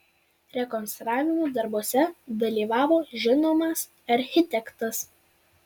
rekonstravimo darbuose dalyvavo žinomas architektas